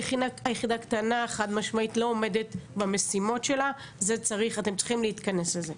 היחידה קטנה וחד-משמעית לא עומדת במשימות שלה אתם צריכים להתכנס לזה.